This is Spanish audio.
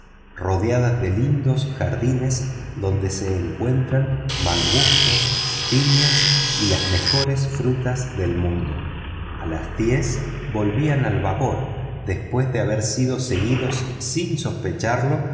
aglomeración de lindos jardines donde se encuentran mangustos piñas y las mejores frutas del mundo a las diez volvían al vapor después de haber sido seguidos sin sospecharlo